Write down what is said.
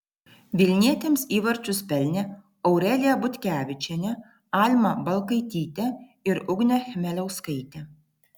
vilnietėms įvarčius pelnė aurelija butkevičienė alma balkaitytė ir ugnė chmeliauskaitė